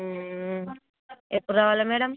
ఎప్పుడు రావాలి మేడం